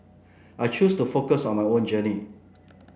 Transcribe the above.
I choose to focus on my own journey